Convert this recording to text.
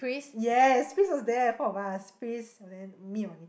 yes Pris was there four of us Pris oh then me and Wan-Ning